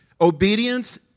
Obedience